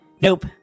Nope